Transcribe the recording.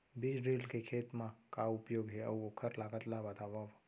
बीज ड्रिल के खेत मा का उपयोग हे, अऊ ओखर लागत ला बतावव?